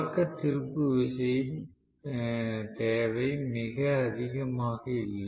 தொடக்க திருப்பு விசை தேவை மிக அதிகமாக இல்லை